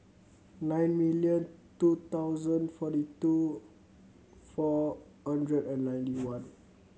nine million two thousand forty two four hundred and ninety one